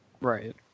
Right